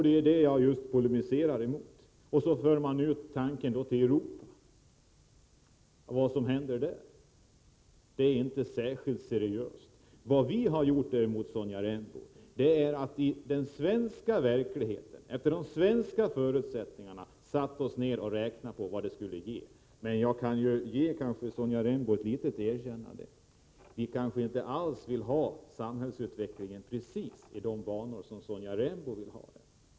Det är just det jag polemiserar mot. Sonja Rembo för tanken vidare ut till Europa och vad som händer där, men det är inte särskilt seriöst. Vad vi har gjort, Sonja Rembo, är att se på den svenska verkligheten och att efter svenska förutsättningar räkna på vad en arbetstidsförkortning skulle ge. Jag kan ge Sonja Rembo ett litet erkännande — men vi kanske inte alls vill att samhällsutvecklingen skall gå i de banor som hon vill.